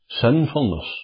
sinfulness